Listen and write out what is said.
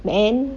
and